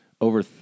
over